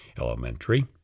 Elementary